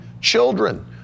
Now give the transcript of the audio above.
children